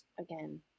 Again